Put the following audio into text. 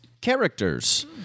characters